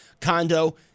condo